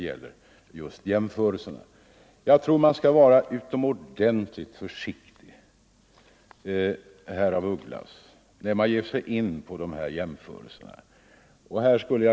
Jag tror att man skall vara utomordentligt försiktig herr af Ugglas när man ger sig in på de här jämförelserna.